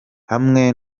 hamwe